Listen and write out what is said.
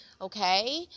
okay